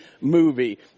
movie